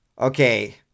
Okay